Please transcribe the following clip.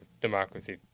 democracy